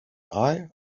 eye